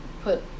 put